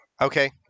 Okay